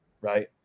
right